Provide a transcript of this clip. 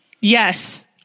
Yes